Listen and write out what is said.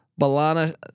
Balana